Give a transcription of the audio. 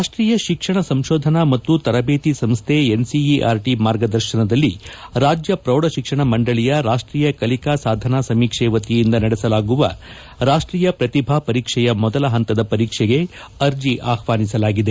ರಾಷ್ಷೀಯ ಶಿಕ್ಷಣ ಸಂಶೋಧನಾ ಮತ್ತು ತರಬೇತಿ ಸಂಸ್ಥೆ ಎನ್ಸಿಇಆರ್ಟಿ ಮಾರ್ಗದರ್ಶನದಲ್ಲಿ ರಾಜ್ಯ ಪೌಢಶಿಕ್ಷಣ ಮಂಡಳಿಯ ರಾಷ್ಷೀಯ ಕಲಿಕಾ ಸಾಧನಾ ಸಮೀಕ್ಷೆ ವತಿಯಿಂದ ನಡೆಸಲಾಗುವ ರಾಷ್ಷೀಯ ಪ್ರತಿಭಾ ಪರೀಕ್ಷೆಯ ಮೊದಲ ಹಂತದ ಪರೀಕ್ಷೆಗೆ ಅರ್ಜಿ ಆಹ್ವಾನಿಸಲಾಗಿದೆ